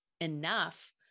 enough